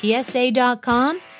PSA.com